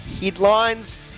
headlines